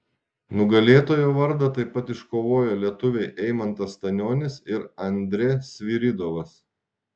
nugalėtojo vardą taip pat iškovojo lietuviai eimantas stanionis ir andrė sviridovas